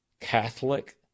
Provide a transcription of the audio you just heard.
catholic